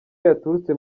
yaturutse